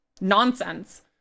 nonsense